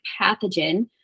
pathogen